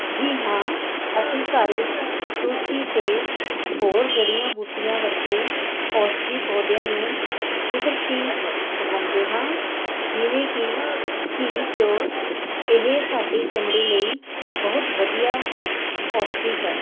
ਜੀ ਹਾਂ ਅਸੀਂ ਘਰ ਵਿੱਚ ਤੁਲਸੀਂ ਅਤੇ ਹੋਰ ਜੜੀਆਂ ਬੂਟੀਆਂ ਵਰਗੇ ਔਸ਼ਦੀ ਪੌਦਿਆਂ ਨੂੰ ਕੁਦਰਤੀ ਉਗਾਉਂਦੇ ਹਾਂ ਜਿਵੇਂ ਕਿ ਘੀ ਘਿਓ ਇਹ ਸਾਡੀ ਚਮੜੀ ਲਈ ਬਹੁਤ ਵਧੀਆ ਔਸ਼ਦੀ ਹੈ